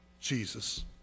Jesus